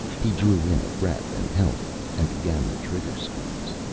he drew in a breath and held it and began the trigger squeeze.